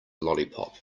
lollipop